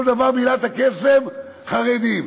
כל דבר, מילת הקסם, חרדים.